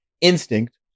instinct